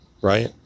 Right